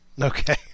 Okay